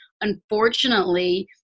unfortunately –